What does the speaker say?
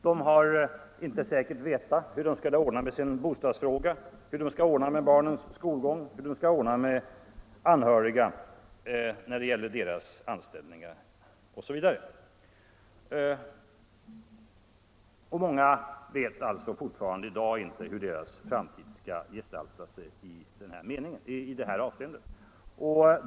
De har inte säkert vetat hur de skall ordna med sin bostadsfråga, hur de skall ordna med barnens skolgång, med anhörigas anställningar osv. Och många vet alltså ännu i dag inte hur deras framtid skall gestalta sig i detta avseende.